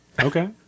Okay